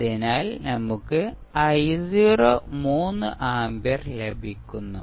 അതിനാൽ നമുക്ക് i0 3 ampere ലഭിക്കുന്നു